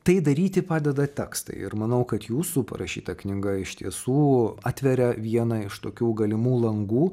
tai daryti padeda tekstai ir manau kad jūsų parašyta knyga iš tiesų atveria vieną iš tokių galimų langų